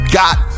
got